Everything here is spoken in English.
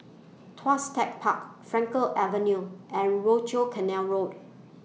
Tuas Tech Park Frankel Avenue and Rochor Canal Road